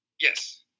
Yes